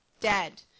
dead